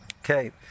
Okay